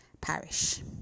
Parish